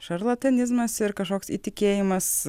šarlatanizmas ir kažkoks įtikėjimas